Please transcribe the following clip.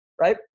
right